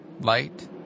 Light